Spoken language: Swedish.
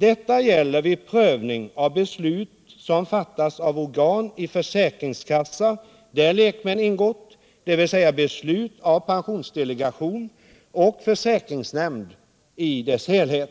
Detta gäller vid prövning av beslut som fattas av organ i försäkringskassa där lekmän ingått, dvs. beslut av pensionsdelegation och försäkringsnämnd i dess helhet.